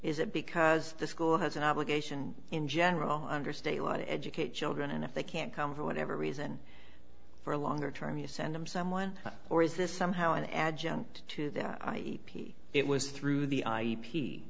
is it because the school has an obligation in general under state law to educate children and if they can't come for whatever reason for a longer term use and i'm someone or is this somehow an adjunct to that it was through the i